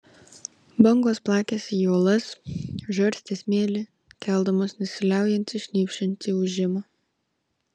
bangos plakėsi į uolas žarstė smėlį keldamos nesiliaujantį šnypščiantį ūžimą